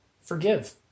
Forgive